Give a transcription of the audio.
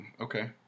okay